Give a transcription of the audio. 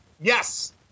Yes